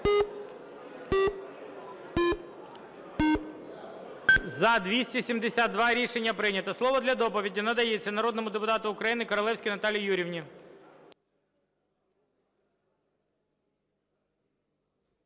За-272 Рішення прийнято. Слово для доповіді надається народному депутату України Королевській Наталії Юріївні.